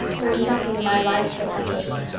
there is nothing in my life but echoes.